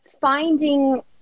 finding